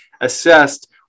assessed